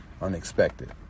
unexpected